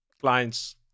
clients